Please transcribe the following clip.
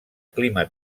clima